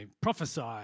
prophesy